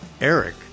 Eric